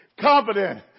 confident